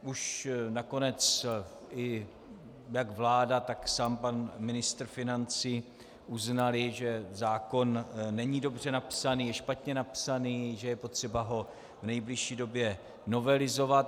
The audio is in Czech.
Už nakonec i vláda i sám pan ministr financí uznali, že zákon není dobře napsaný, je špatně napsaný, je potřeba ho v nejbližší době novelizovat.